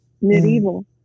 medieval